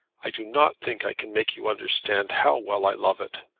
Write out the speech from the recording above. i do not think i can make you understand how well i love it.